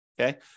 Okay